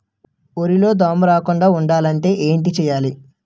వరిలో దోమ రాకుండ ఉండాలంటే ఏంటి చేయాలి?